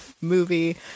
movie